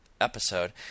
episode